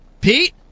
Pete